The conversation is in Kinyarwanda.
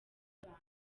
abantu